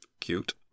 Cute